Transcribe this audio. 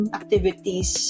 activities